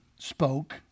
spoke